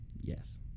Yes